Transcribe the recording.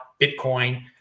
Bitcoin